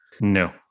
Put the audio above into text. No